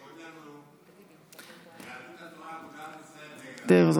קוראים לנו יהדות התורה, אגודת ישראל ודגל התורה.